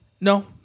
No